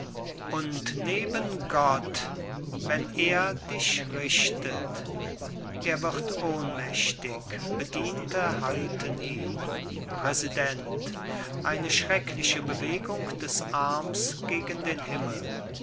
auferstehst und neben gott wenn er dich richtet er wird ohnmächtig bediente halten ihn präsident eine schreckliche bewegung des arms gegen den himmel